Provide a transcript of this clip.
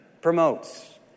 promotes